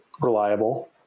reliable